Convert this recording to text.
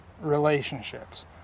relationships